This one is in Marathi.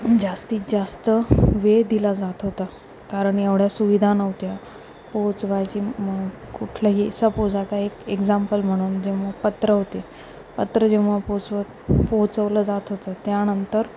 जास्तीत जास्त वेळ दिला जात होता कारण एवढ्या सुविधा नव्हत्या पोचवायची कुठलंही सपोज आता एक एक्झाम्पल म्हणून जेव्हा पत्र होते पत्र जेव्हा पोचवत पोहोचवलं जात होतं त्यानंतर